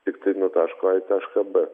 tiktai nuo taško a į tašką b